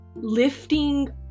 lifting